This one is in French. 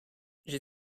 j’ai